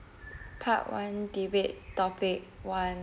part one debate topic one